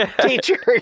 teacher